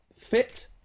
fit